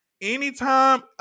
anytime